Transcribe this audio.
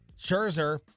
Scherzer